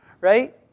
Right